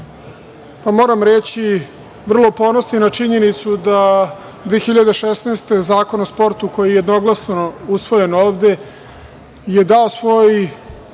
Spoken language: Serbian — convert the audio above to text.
moram reći, vrlo ponosni na činjenicu da je 2016. godine Zakon o sportu, koji je jednoglasno usvojen ovde, dao svoj